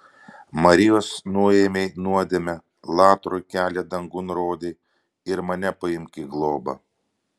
marijos nuėmei nuodėmę latrui kelią dangun rodei ir mane paimk į globą